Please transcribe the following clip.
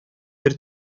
бер